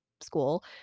school